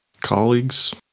Colleagues